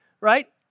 right